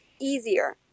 easier